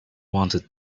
wanted